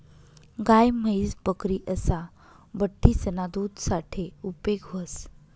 गाय, म्हैस, बकरी असा बठ्ठीसना दूध साठे उपेग व्हस